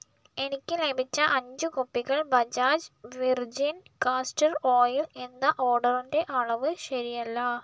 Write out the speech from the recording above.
എനിക്ക് ലഭിച്ച അഞ്ച് കുപ്പികൾ ബജാജ് വെർജിൻ കാസ്റ്റർ ഓയിൽ എന്ന ഓർഡറിന്റെ അളവ് ശരിയല്ല